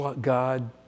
God